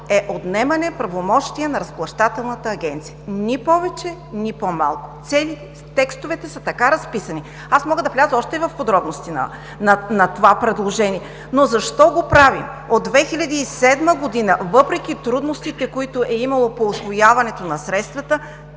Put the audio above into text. е отнемане правомощия на разплащателната агенция – нито повече, нито по-малко. Текстовете са така разписани. Аз мога да вляза още в подробности на това предложение. Защо го правим? От 2007 г., въпреки трудностите, които е имало по усвояването на средствата,